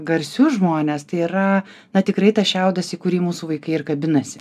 garsius žmones tai yra na tikrai tas šiaudas į kurį mūsų vaikai ir kabinasi